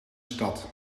stad